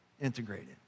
integrated